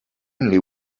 only